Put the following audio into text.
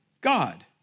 God